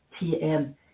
TM